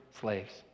slaves